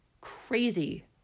crazy